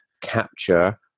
capture